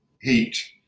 heat